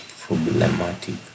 problematic